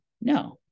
no